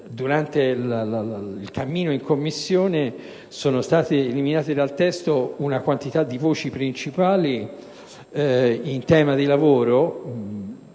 durante l'esame in Commissione sono state eliminate dal testo una quantità di voci principali in tema di lavoro: